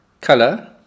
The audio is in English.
color